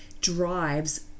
drives